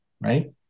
right